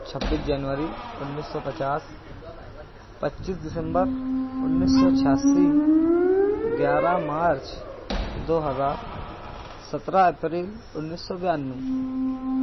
چھبیس جنوری انیس سو پچاس پچیس دسمبر انیس سو چھیاسی گیارہ مارچ دو ہزار سترہ اپریل انیس سو بانوے